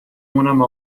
مونم